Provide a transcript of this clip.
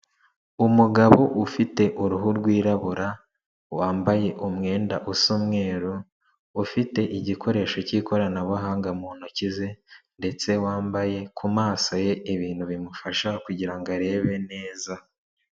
Umugabo ufite uruhu rwirabura wambaye umwenda usa umweru, ufite igikoresho cy'ikoranabuhanga mu ntoki ze ndetse wambaye ku maso ye ibintu bimufasha, kugirango arebe neza.